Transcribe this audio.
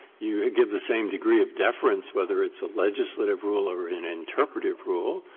you give the same degree of deference whether it's a legislative rule or an interpretative rule.